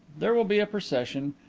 there will be a procession.